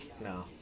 No